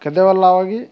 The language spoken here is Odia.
କେତେବେଲ ଲାଗବ କିି